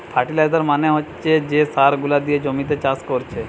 fertiliser মানে হচ্ছে যে সার গুলা দিয়ে জমিতে চাষ কোরছে